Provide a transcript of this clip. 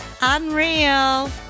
Unreal